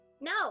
no